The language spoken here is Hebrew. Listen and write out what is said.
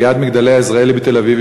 ליד "מגדלי עזריאלי" בתל-אביב,